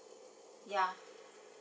ya